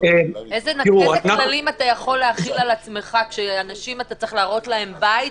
איזה כללים אתה יכול להחיל על עצמך כשאתה צריך להראות לאנשים בתים?